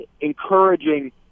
encouraging